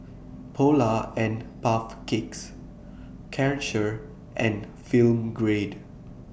Polar and Puff Cakes Karcher and Film Grade